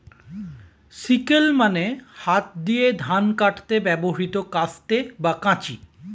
sickle মানে হাত দিয়ে ধান কাটতে ব্যবহৃত কাস্তে বা কাঁচি